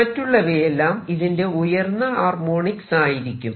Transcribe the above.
മറ്റുള്ളവയെല്ലാം ഇതിന്റെ ഉയർന്ന ഹാർമോണിക്സ് ആയിരിക്കും